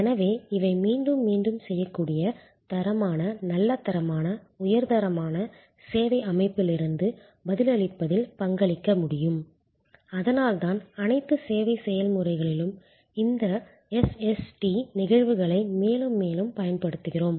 எனவே இவை மீண்டும் மீண்டும் செய்யக்கூடிய தரமான நல்ல தரமான உயர் தரமான சேவை அமைப்பிலிருந்து பதிலளிப்பதில் பங்களிக்க முடியும் அதனால்தான் அனைத்து சேவை செயல்முறைகளிலும் இந்த SST நிகழ்வுகளை மேலும் மேலும் பயன்படுத்துகிறோம்